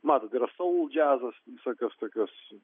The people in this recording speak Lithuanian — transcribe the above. matot yra soul džiazas visokios tokios